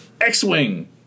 X-Wing